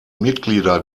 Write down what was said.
mitglieder